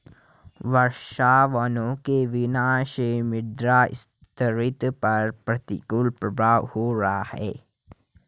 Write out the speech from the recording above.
वर्षावनों के विनाश से मृदा स्थिरता पर प्रतिकूल प्रभाव हो रहा है